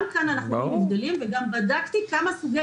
גם כאן אנחנו רואים הבדלים ובדקתי כמה סוגי